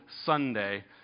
Sunday